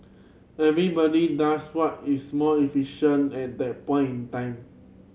everybody does what is most efficient at that point time